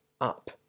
up